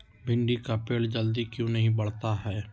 भिंडी का पेड़ जल्दी क्यों नहीं बढ़ता हैं?